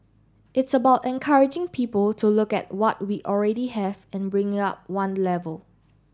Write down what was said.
it's about encouraging people to look at what we already have and bringing up one level